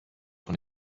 von